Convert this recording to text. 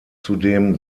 zudem